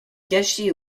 cachées